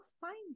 find